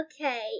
Okay